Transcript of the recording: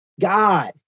God